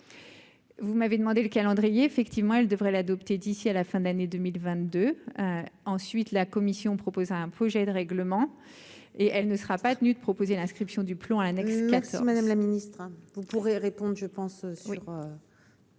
vous m'avez demandé le calendrier, effectivement, elle devrait l'adopter d'ici à la fin de l'année 2022, ensuite la commission proposera un projet de règlement et elle ne sera pas tenu de proposer l'inscription du. Selon à l'annexe 400 Madame la Ministre, vous pourrez répondent je pense sur.